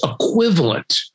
equivalent